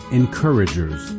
encouragers